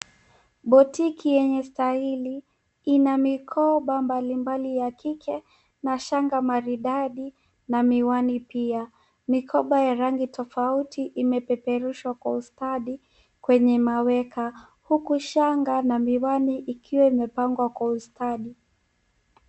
Boutique yenye staili ina mikoba mbalimbali ya kike na shanga maridadi na miwani pia. Mikoba ya rangi tofauti imepeperushwa kwa ustadi kwenye maweka huku shanga na miwani ikiwa imepangwa kwa ustadi.